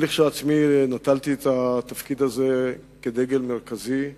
אני כשלעצמי נטלתי את התפקיד הזה כדגל מרכזי,